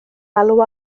alw